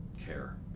care